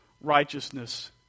righteousness